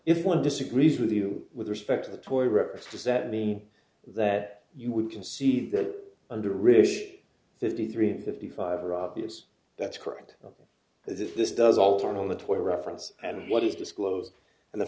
if one disagrees with you with respect to the torah represent me that you would concede that under really fifty three fifty five are obvious that's correct but if this does all turn on the toy reference and what is disclosed and the